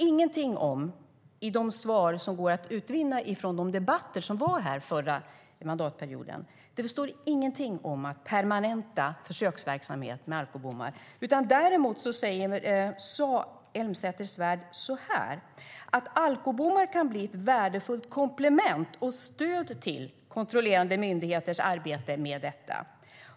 I de svar som gavs i debatterna under förra mandatperioden går ingenstans att utläsa något om att permanenta försöksverksamhet med alkobommar. Däremot säger Elmsäter Svärd följande beträffande alkobommar: "Det kan bli ett värdefullt komplement och stöd till kontrollerande myndigheters arbete med detta."